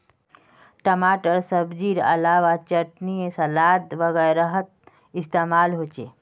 टमाटर सब्जिर अलावा चटनी सलाद वगैरहत इस्तेमाल होचे